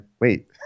wait